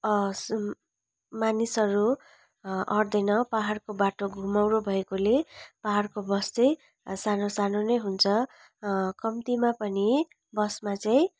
मानिसहरू अट्ँदैन पहाडको बाटो घुमाउरो भएकोले पहाडको बस चाहिँ सानो सानो नै हुन्छ कम्तीमा पनि बसमा चाहिँ